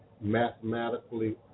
mathematically